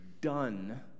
Done